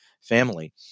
family